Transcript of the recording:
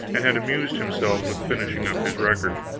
and had amused himself with finishing up his record.